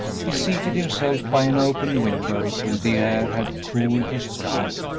he seated himself by an open window till the air had cooled his brow,